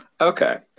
Okay